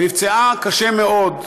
היא נפצעה קשה מאוד,